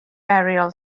burial